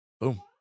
Boom